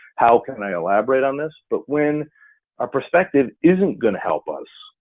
how can i elaborate on this, but when our perspective isn't gonna help us,